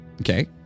Okay